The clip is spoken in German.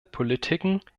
politiken